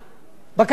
בקדנציה שלי.